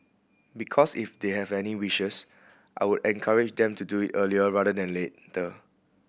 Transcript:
because if they have any wishes I will encourage them to do it earlier rather than later